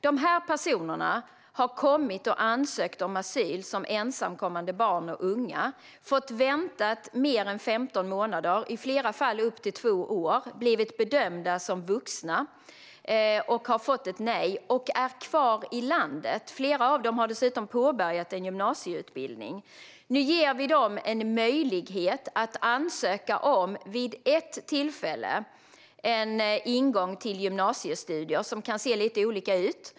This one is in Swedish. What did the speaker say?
Dessa personer har kommit och ansökt om asyl som ensamkommande barn och unga. De har fått vänta mer än 15 månader, i flera fall upp till två år, blivit bedömda som vuxna och har fått ett nej och är kvar i landet. Flera av dem har dessutom påbörjat en gymnasieutbildning. Nu ger vi dem en möjlighet att vid ett tillfälle ansöka om en ingång till gymnasiestudier som kan se lite olika ut.